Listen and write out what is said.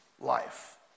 life